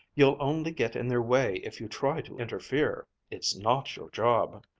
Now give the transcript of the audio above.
you'll only get in their way if you try to interfere. it's not your job.